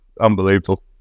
Unbelievable